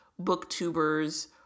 booktubers